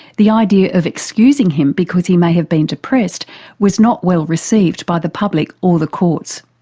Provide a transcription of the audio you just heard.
the idea of excusing him because he may have been depressed was not well received by the public or the courts.